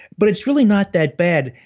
but it's really not that bad.